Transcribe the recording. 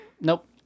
nope